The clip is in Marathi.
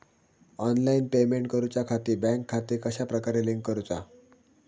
ऑनलाइन पेमेंट करुच्याखाती बँक खाते कश्या प्रकारे लिंक करुचा?